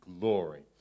glory